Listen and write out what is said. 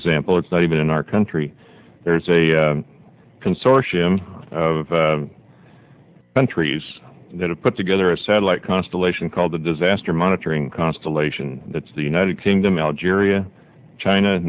example it's not even in our country there is a consortium of countries that have put together a satellite constellation called the disaster monitoring constellation it's the united kingdom algeria china